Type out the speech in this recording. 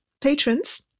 patrons